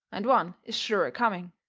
and one is sure a-coming.